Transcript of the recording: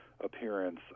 appearance